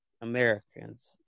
Americans